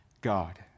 God